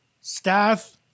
Staff